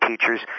teachers